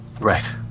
Right